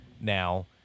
now